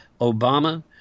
Obama